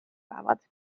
päevad